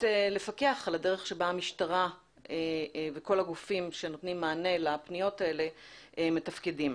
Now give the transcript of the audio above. לפקח על הדרך שבה המשטרה וכל הגופים שנתונים מענה לפניות האלה מתפקדים.